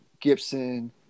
Gibson